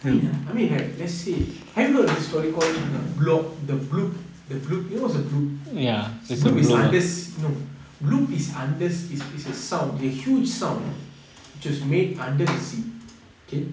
why ah I mean like let's say have you heard of this story called the bloop the bloop the bloop you know what's a bloop bloop is under sea no bloop is under is is a sound the huge sound which is made under the sea okay